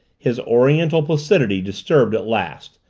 his oriental placidity disturbed at last,